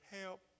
help